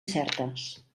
certes